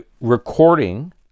recording